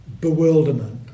bewilderment